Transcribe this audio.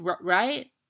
right